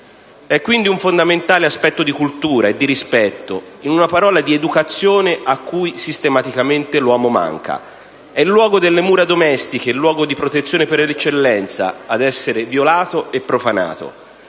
È quindi un fondamentale aspetto di cultura e di rispetto, in una parola di educazione, a cui sistematicamente l'uomo manca. È il luogo delle mura domestiche, il luogo di protezione per eccellenza ad essere violato e profanato.